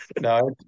no